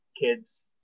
kids